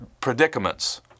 predicaments